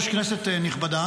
היושב-ראש, כנסת נכבדה,